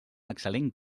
excel·lent